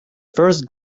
first